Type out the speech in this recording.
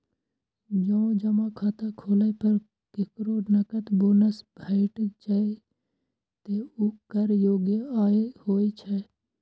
जौं जमा खाता खोलै पर केकरो नकद बोनस भेटै छै, ते ऊ कर योग्य आय होइ छै